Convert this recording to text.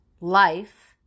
life